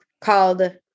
called